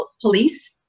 police